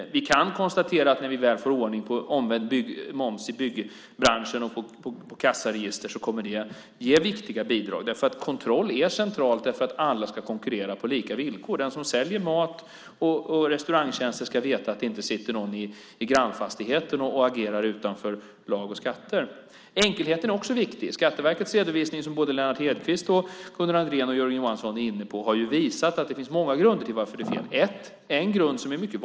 Vi kan konstatera att omvänd moms i byggbranschen och kassaregister kommer att ge viktiga bidrag när vi väl får ordning på det. Kontroll är centralt därför att alla ska konkurrera på lika villkor. Den som säljer mat och restaurangtjänster ska veta att det inte sitter någon i grannfastigheten och agerar utanför lagar och skatteregler. Enkelheten är också viktig. Skatteverkets redovisning som både Lennart Hedquist, Gunnar Andrén och Jörgen Johansson är inne på har visat på många grunder till varför det sker fel.